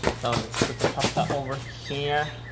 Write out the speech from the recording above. so let's put the pasta over here.